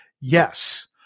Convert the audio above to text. Yes